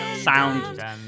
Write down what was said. sound